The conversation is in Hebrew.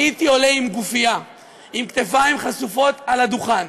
הייתי עולה עם גופייה עם כתפיים חשופות על הדוכן,